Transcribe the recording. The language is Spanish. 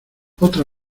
otra